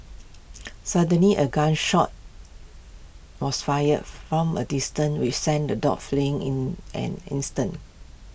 suddenly A gun shot was fired from A distance with sent the dogs fleeing in an instant